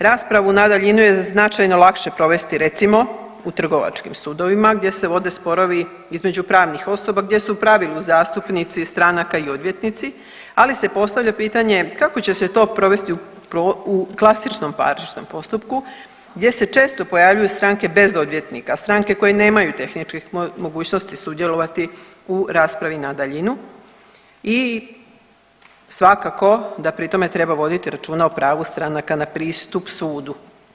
Raspravu na daljinu je značajno lakše provesti recimo u trgovačkim sudovima gdje se vode sporovi između pravnih osoba gdje su u pravilu zastupnici stranaka i odvjetnici, ali se postavlja pitanje kako će se to provesti u klasičnom parničnom postupku gdje se često pojavljuju stranke bez odvjetnika, stranke koje nemaju tehničkih mogućnosti sudjelovati u raspravi na daljinu i svakako da pri tome treba voditi računa o pravu stranaka na pristup sudu.